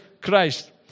Christ